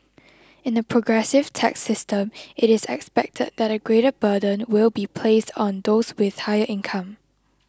in a progressive tax system it is expected that a greater burden will be placed on those with higher income